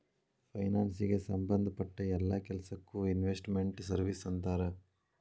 ಫೈನಾನ್ಸಿಗೆ ಸಂಭದ್ ಪಟ್ಟ್ ಯೆಲ್ಲಾ ಕೆಲ್ಸಕ್ಕೊ ಇನ್ವೆಸ್ಟ್ ಮೆಂಟ್ ಸರ್ವೇಸ್ ಅಂತಾರ